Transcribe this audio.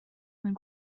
mewn